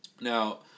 Now